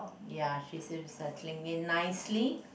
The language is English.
ya she seems settling in nicely